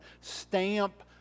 stamp